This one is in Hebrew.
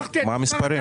מה המספר?